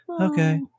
okay